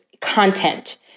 content